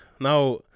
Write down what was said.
now